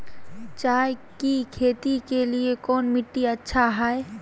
चाय की खेती के लिए कौन मिट्टी अच्छा हाय?